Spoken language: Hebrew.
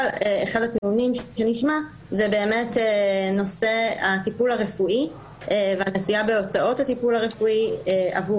נושא הטיפול הרפואי והנשיאה בהוצאות הטיפול הרפואי עבור